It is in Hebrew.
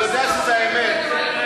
הוא יודע שזו האמת.